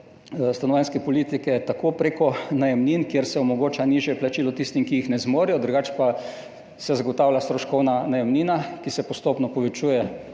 stanovanjske politike tako prek najemnin, kjer se omogoča nižje plačilo tistim, ki jih ne zmorejo, drugače pa se zagotavlja stroškovna najemnina, ki se postopno povečuje,